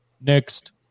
Next